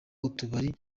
utubari